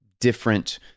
different